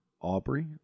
Aubrey